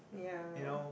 ya